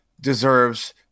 deserves